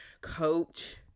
coach